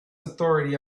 authority